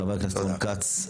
חבר הכנסת רון כץ,